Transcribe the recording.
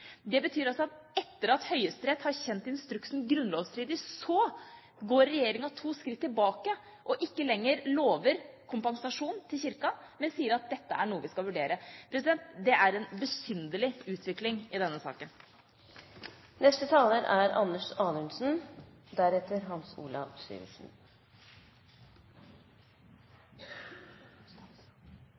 Det betyr altså at etter at Høyesterett har kjent instruksen grunnlovsstridig, går regjeringa to skritt tilbake og ikke lenger lover kompensasjon til Kirken, men sier at dette er noe vi skal vurdere. Det er en besynderlig utvikling i denne saken. Det er